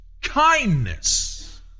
kindness